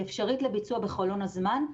היא אפשרית לביצוע בחלון הזמן.